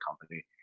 company